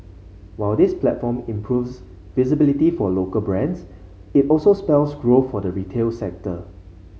while this platform improves visibility for local brands it also spells growth for the retail sector